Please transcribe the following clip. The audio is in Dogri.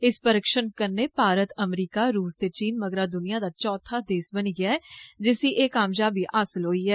इस परिक्षण कन्नै भारत अमरीका रुस ते चीन मगरा दुनिया दा चौथ देस बनी गेआ ऐ जिसी एह कामयाबी हासल होई ऐ